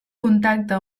contacte